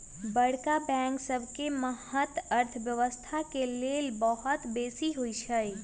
बड़का बैंक सबके महत्त अर्थव्यवस्था के लेल बहुत बेशी होइ छइ